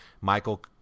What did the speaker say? Michael